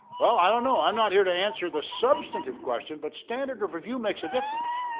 well, i don't know i'm not here to answer the substantive question but standard of review makes a difference.